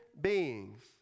beings